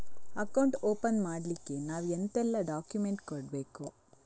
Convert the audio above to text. Account open ಮಾಡ್ಲಿಕ್ಕೆ ನಾವು ಎಂತೆಲ್ಲ ಡಾಕ್ಯುಮೆಂಟ್ಸ್ ಕೊಡ್ಬೇಕು?